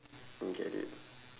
mm get it